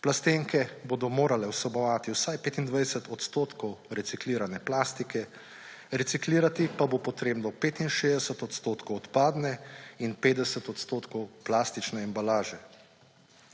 plastenke bodo morale vsebovati vsaj 25 odstotkov reciklirane plastike, reciklirati pa bo potrebno do 65 odstotkov odpadne in 50 odstotkov plastične embalaže.